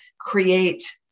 create